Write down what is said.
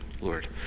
Lord